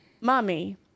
Mommy